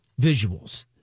visuals